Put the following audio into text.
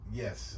yes